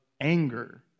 anger